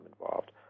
involved